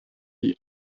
die